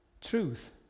Truth